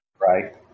Right